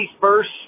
first